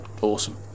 Awesome